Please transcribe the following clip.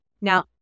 Now